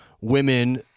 women